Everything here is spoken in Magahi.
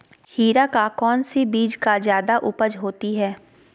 खीरा का कौन सी बीज का जयादा उपज होती है?